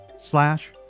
slash